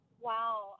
Wow